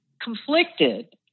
conflicted